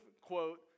quote